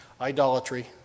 idolatry